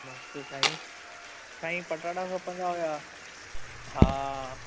मस्तु साईं साईं पटाटा खपंदा हुया हा